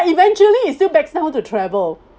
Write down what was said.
eventually it's still backs down to travel